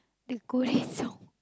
the ghost song